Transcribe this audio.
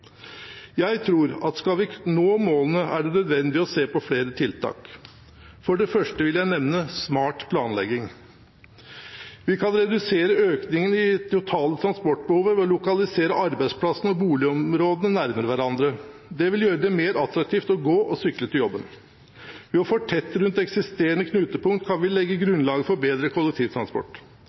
Jeg tror at skal vi nå målene, er det nødvendig å se på flere tiltak. For det første vil jeg nevne smart planlegging. Vi kan redusere økningen i det totale transportbehovet ved å lokalisere arbeidsplassene og boligområdene nærmere hverandre. Det vil gjøre det mer attraktivt å gå og sykle til jobben. Ved å fortette rundt eksisterende knutepunkt kan vi legge grunnlaget for bedre kollektivtransport.